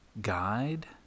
guide